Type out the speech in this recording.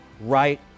right